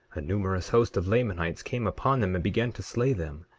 a numerous host of lamanites came upon them and began to slay them,